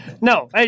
No